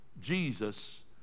jesus